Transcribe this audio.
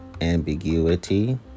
ambiguity